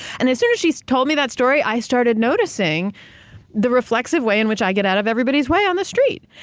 and as soon as she told me that story i started noticing the reflexive way in which i get out of everybody's way on the street.